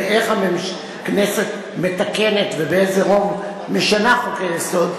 ואיך הכנסת מתקנת ובאיזה רוב משנה חוקי-יסוד,